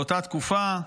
באותה תקופה.